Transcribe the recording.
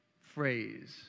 phrase